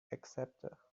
acceptor